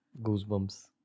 Goosebumps